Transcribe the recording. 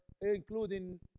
including